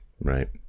right